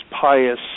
pious